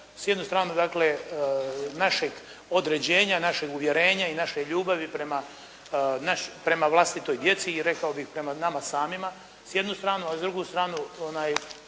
s jedne strane dakle našeg određenja, našeg uvjerenja i naše ljubavi prema vlastitoj djeci i rekao bih prema nama samima s jedne strane, a s druge strane